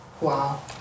Wow